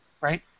right